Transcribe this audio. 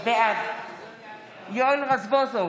בעד יואל רזבוזוב,